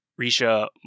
Risha